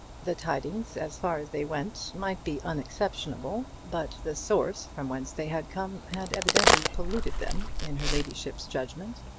the tidings, as far as they went, might be unexceptionable, but the source from whence they had come had evidently polluted them in her ladyship's judgment.